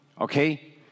Okay